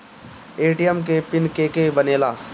ATM के pin के के बनेला?